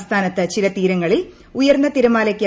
സംസ്ഥാനത്ത് ചില തീരങ്ങളിൽ ഉയർന്ന തിരമാലയ്ക്ക്